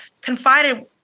confided